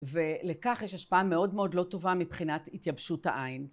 ולכך יש השפעה מאוד מאוד לא טובה מבחינת התייבשות העין.